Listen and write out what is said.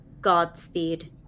Godspeed